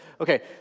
Okay